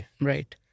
Right